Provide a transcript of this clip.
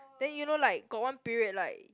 then you know right got one period like